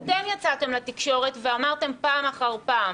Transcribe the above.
אתם יצאתם לתקשורת ואמרתם פעם אחר פעם: